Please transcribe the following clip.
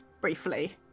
briefly